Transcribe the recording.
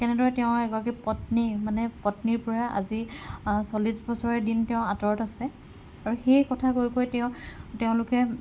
কেনেদৰে তেওঁ এগৰাকী পত্নী মানে পত্নীৰ পৰা আজি চল্লিচ বছৰে দিন তেওঁ আঁতৰত আছে আৰু সেই কথা কৈ কৈ তেওঁ তেওঁলোকে